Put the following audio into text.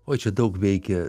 oi čia daug veikia